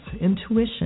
intuition